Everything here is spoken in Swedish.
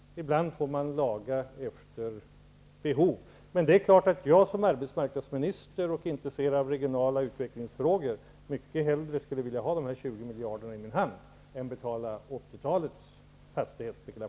Ibland får man laga efter behov. Men det är klart att jag som arbetsmarknadsminister och intresserad av regionala utvecklingsfrågor mycket hellre skulle vilja ha de här 20 miljarderna i min hand än betala